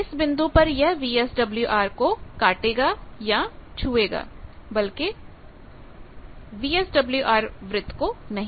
इस बिंदु पर यह वीएसडब्ल्यूआर को काटेगा या छुएगा बलकि वीएसडब्ल्यूआर वृत्त को नहीं